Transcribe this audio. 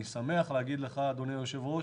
אני שמח להגיד לך, אדוני היושב-ראש,